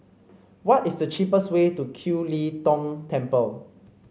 what is the cheapest way to Kiew Lee Tong Temple